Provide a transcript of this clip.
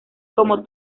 cómo